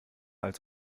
als